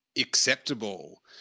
acceptable